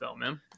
man